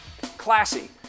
Classy